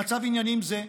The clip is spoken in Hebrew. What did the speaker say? במצב עניינים זה,